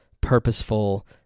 purposeful